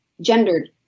gendered